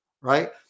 Right